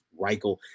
Reichel